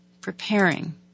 preparing